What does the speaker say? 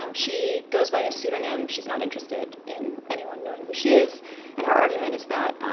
um she goes by a pseudonym. she's not interested in anyone knowing who she is and her argument is that,